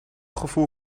gevoel